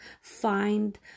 Find